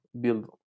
build